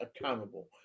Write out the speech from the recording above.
accountable